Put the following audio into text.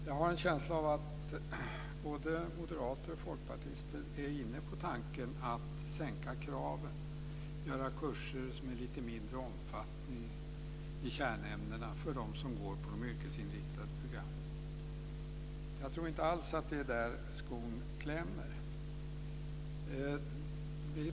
Jag har en känsla av att både moderater och folkpartister är inne på tanken att sänka kraven, göra kurser med lite mindre omfattning i kärnämnena för dem som går på de yrkesinriktade programmen. Jag tror inte alls att det är där skon klämmer.